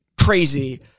crazy